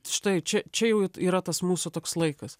štai čia čia jau yra tas mūsų toks laikas